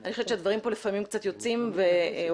אני חושבת שהדברים פה לפעמים קצת יוצאים והופכים